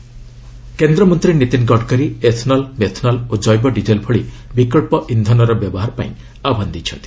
Gadkari fuels କେନ୍ଦ୍ରମନ୍ତ୍ରୀ Nitin Gadkari ethanol methanol ଓ ଜୈବ ଡିଜେଲ୍ ଭଳି ବିକଳ୍ପ ଇନ୍ଧନର ବ୍ୟବହାର ପାଇଁ ଆହ୍ବାନ ଦେଇଛନ୍ତି